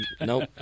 Nope